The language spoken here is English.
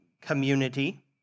community